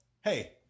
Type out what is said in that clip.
hey